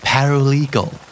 Paralegal